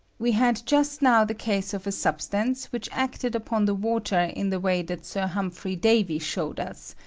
we had just now the case of a substance which acted upon the water in the way that sir humphrey davy showed us,